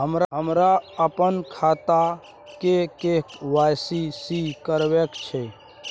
हमरा अपन खाता के के.वाई.सी करबैक छै